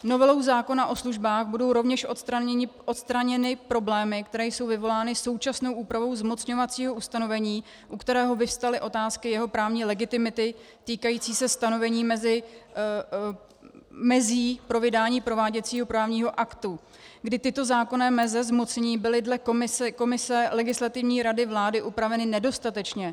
Novelou zákona o službách budou rovněž odstraněny problémy, které jsou vyvolány současnou úpravou zmocňovacího ustanovení, u kterého vyvstaly otázky jeho právní legitimity týkající se stanovení mezí pro vydání prováděcího právního aktu, kdy tyto zákonné meze zmocnění byly dle komise Legislativní rady vlády upraveny nedostatečně.